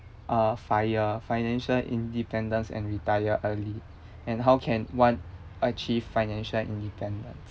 uh FIRE financial independence and retire early and how can one achieve financial independence